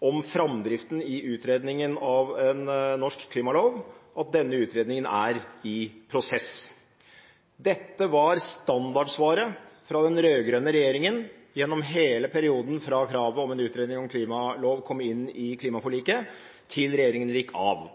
om framdriften i utredningen av en norsk klimalov, at denne utredningen er i prosess. Dette var standardsvaret fra den rød-grønne regjeringen gjennom hele perioden fra kravet om en utredning om klimalov kom inn i klimaforliket, til regjeringen gikk av.